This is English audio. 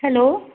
hello